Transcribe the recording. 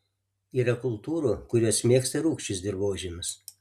yra kultūrų kurios mėgsta rūgčius dirvožemius